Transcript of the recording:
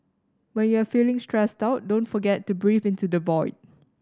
when you are feeling stressed out don't forget to breathe into the void